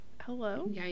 hello